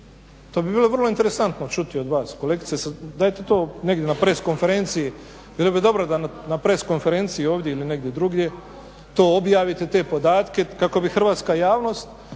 To bi bilo vrlo interesantno čuti od vas, kolegice dajte to negdje na press konferenciji. Bilo bi dobro da na press konferenciji ovdje ili negdje drugdje to obavite te podatke kako bi hrvatska javnost